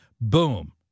Boom